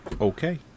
Okay